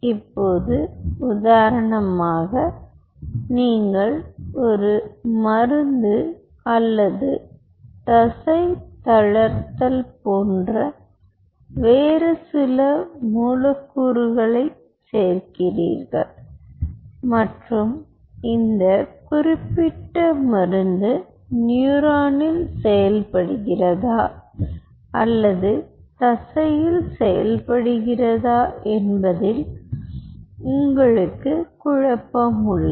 இப்போது உதாரணமாக நீங்கள் ஒரு மருந்து அல்லது தசை தளர்த்தல் போன்ற வேறு சில மூலக்கூறுகளைச் சேர்க்கிறீர்கள் மற்றும் இந்த குறிப்பிட்ட மருந்து நியூரானில் செயல்படுகிறதா அல்லது தசையில் செயல்படுகிறதா என்பதில் உங்களுக்கு குழப்பம் உள்ளது